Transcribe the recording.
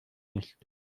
nicht